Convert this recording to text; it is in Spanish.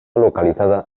localizada